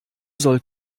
soll